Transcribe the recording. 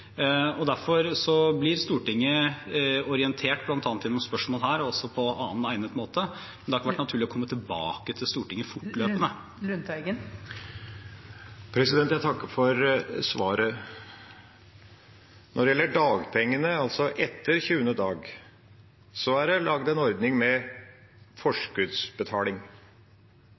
og derfor blir Stortinget orientert bl.a. gjennom spørsmål her, og også på annen, egnet måte, men det har ikke vært naturlig å komme tilbake til Stortinget fortløpende. Jeg takker for svaret. Når det gjelder dagpengene etter 20. dag, er det laget en ordning med forskuddsbetaling,